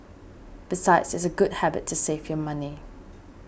besides it's a good habit to save your money